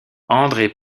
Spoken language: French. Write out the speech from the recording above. andré